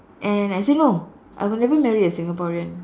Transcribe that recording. and I say no I will never marry a Singaporean